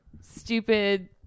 stupid